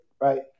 Right